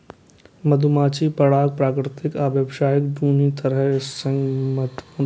मधुमाछी परागण प्राकृतिक आ व्यावसायिक, दुनू तरह सं महत्वपूर्ण छै